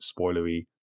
spoilery